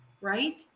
Right